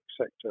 sector